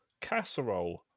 casserole